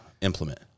implement